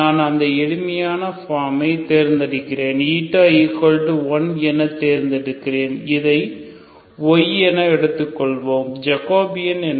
நான் அந்த எளிமையான ஃபார்மை தேர்ந்தெடுக்கிறேன்y என தேர்ந்தெடுக்கிறேன் இதை y என எடுத்துக் கொள்வோம் ஜகோபியன் என்ன